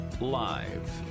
Live